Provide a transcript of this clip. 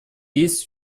есть